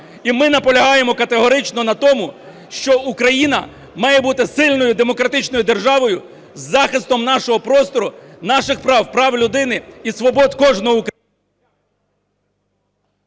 І ми наполягаємо категорично на тому, що Україна має бути сильною демократичною державою із захистом нашого простору, наших прав – прав людини і свобод кожного українця.